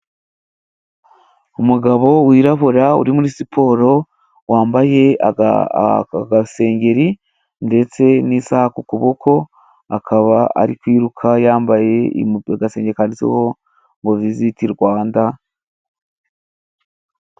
Umugabo wirabura uri muri siporo wambaye agasengeri ndetse n'isaha ku kuboko, akaba ari kwiruka yambaye agasengeri kanditseho ngo visiti Rwanda.